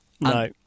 No